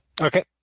Okay